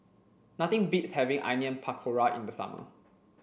nothing beats having Onion Pakora in the summer